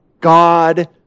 God